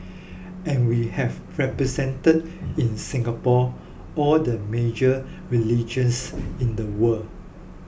and we have represented in Singapore all the major religions in the world